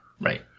Right